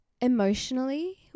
Emotionally